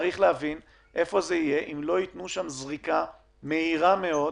צריך להבין איפה זה יהיה אם לא ייתנו שם זריקה מהירה מאוד,